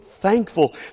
thankful